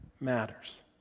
Matters